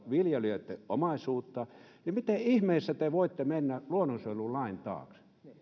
viljelijöitten omaisuutta miten ihmeessä te voitte mennä luonnonsuojelulain taakse